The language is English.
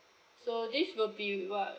so this will be what